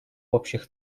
общих